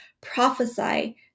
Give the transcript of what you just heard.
prophesy